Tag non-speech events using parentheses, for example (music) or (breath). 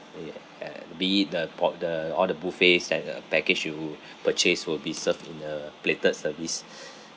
it at be it the pot~ the all the buffets that the package you purchase will be served in a plated service (breath)